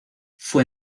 fue